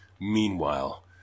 Meanwhile